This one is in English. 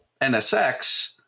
NSX